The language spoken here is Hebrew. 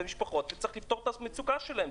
המשפחות וצריך לפתור את המצוקה שלהם,